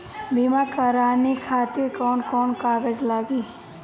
बीमा कराने खातिर कौन कौन कागज लागी?